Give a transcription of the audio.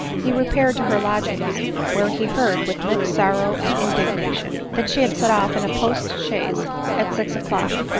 he repaired to her lodgings where he heard, with mixed sorrow and indignation, that she had set off in a post-chaise at six o'clock,